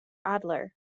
adler